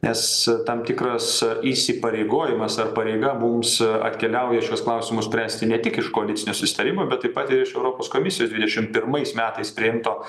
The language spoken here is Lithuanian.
nes tam tikras įsipareigojimas ar pareiga mums atkeliauja šiuos klausimus spręsti ne tik iš koalicinio susitarimo bet taip pat ir iš europos komisijos dvidešimt pirmais metais priimto